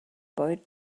boy